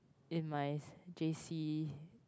in my J_C